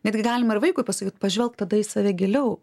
netgi galima ir vaikui pasakyt pažvelk tada į save giliau